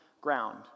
ground